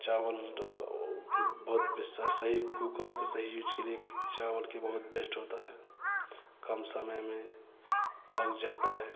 चावल बहोत सही कूकल फिर सही यूज़ के लिए चावल कि बहुत बेस्ट होता है कम समय में पक जाता है